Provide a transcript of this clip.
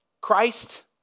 Christ